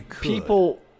people